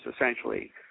essentially